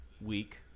week